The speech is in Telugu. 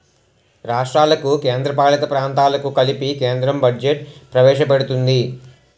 రాష్ట్రాలకు కేంద్రపాలిత ప్రాంతాలకు కలిపి కేంద్రం బడ్జెట్ ప్రవేశపెడుతుంది